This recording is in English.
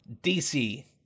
DC